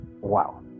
Wow